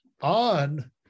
On